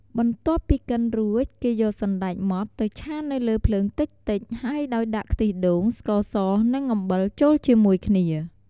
បន្ទាប់ពីកិនរួច គេយកសណ្តែកម៉ដ្ឋទៅឆានៅលើភ្លើងតិចៗហើយដោយដាក់ ខ្ទិះដូង ស្ករស និង អំបិលចូលជាមួយគ្នា។